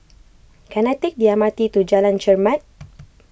can I take the M R T to Jalan Chermat